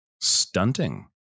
Stunting